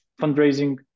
fundraising